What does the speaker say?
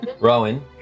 Rowan